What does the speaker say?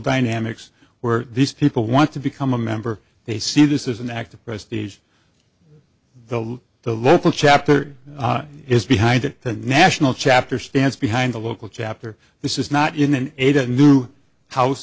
dynamics where these people want to become a member they see this is an act of prestige the the local chapter is behind it the national chapter stands behind a local chapter this is not in an eight a new house